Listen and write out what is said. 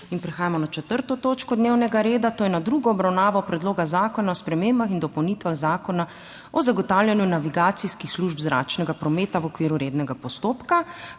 s****prekinjeno 4. točko dnevnega reda, to je s tretjo obravnavo Predloga zakona o spremembah in dopolnitvah Zakona o zagotavljanju navigacijskih služb zračnega prometa v okviru rednega postopka.**